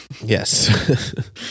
Yes